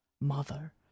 mother